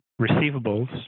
receivables